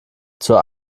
zur